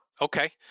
Okay